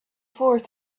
force